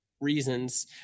reasons